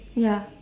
ya